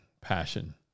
passion